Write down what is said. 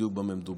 בדיוק במה מדובר.